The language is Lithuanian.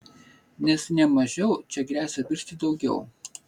nes ne mažiau čia gresia virsti daugiau